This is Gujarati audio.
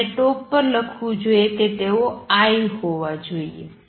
મારે ટોપ પર લખવું જોઈએ કે તેઓ Iઆઈ હોવા જોઈએ